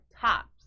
tops